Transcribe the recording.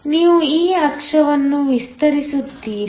ನೀವು ಈ ಅಕ್ಷವನ್ನು ವಿಸ್ತರಿಸುತ್ತೀರಿ